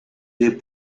des